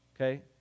Okay